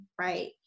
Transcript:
right